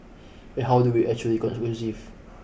and how do we actually conclusive